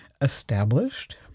established